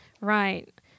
Right